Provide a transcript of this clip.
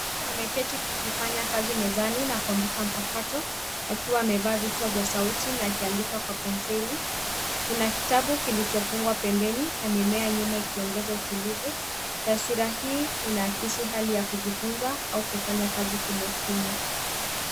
Mtu ameketi akifanya kazi mezani na kompyuta mpakato akiwa amevaa vichwa vya sauti na akiandika kwenye penseli. Kuna kitabu kilichofungwa pembeni, na mimea nyuma ikiongeza utulivu . Taswira hii inaakisi hali ya kujifunza au kufanya kazi kimya kimya.